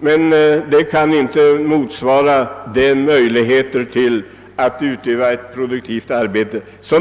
men det kan inte ersätta ett produktivt arbete.